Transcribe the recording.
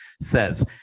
says